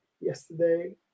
yesterday